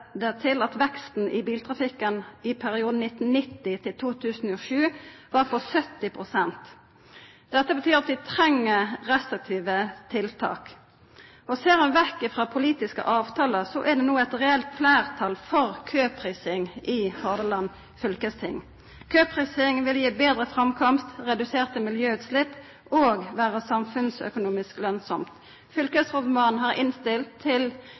biltrafikken i perioden 1990–2007 var på 70 pst. Det betyr at vi treng restriktive tiltak. Ser ein vekk frå politiske avtalar, er det no eit reelt fleirtal for køprising i Hordaland fylkesting. Køprising vil gi betre framkomst, reduserte miljøutslepp og vera samfunnsøkonomisk lønsamt. Fylkesrådmannen har innstilt til